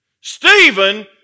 Stephen